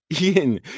Ian